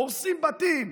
הורסים בתים.